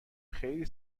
خیلی